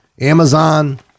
Amazon